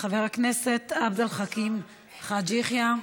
חבר הכנסת עבד אל חכים חאג' יחיא,